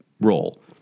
role